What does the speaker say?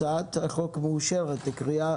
הצעת החוק מאושרת לקריאה